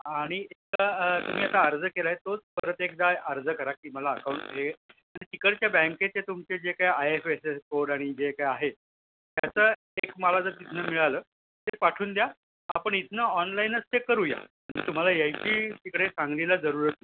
आणि एक तुम्ही आता अर्ज केला आहे तोच परत एकदा अर्ज करा की मला अकाऊंट हे तिकडच्या बँकेचे तुमचे जे काय I F S S code आणि जे काय आहे त्याचं एक मला जर तिथून मिळालं ते पाठवून द्या आपण इथून ऑनलाईनच ते करूया तुम्हाला याची इकडे सांगलीला जरूरत नाही